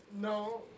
No